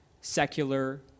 secular